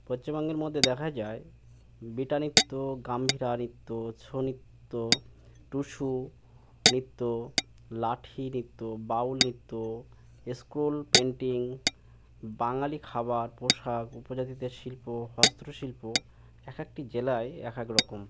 পশ্চিমবঙ্গের মধ্যে দেখা যায় বিট নিত্য গম্ভীরা নৃত্য ছো নৃত্য টুসু নৃত্য লাঠি নৃত্য বাউল নৃত্য পেন্টিং বাঙালি খাবার পোশাক উপজাতিদের শিল্প হস্ত্রশিল্প এক একটি জেলায় এক এক রকম